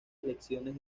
lecciones